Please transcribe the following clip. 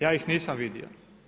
Ja ih nisam vidio.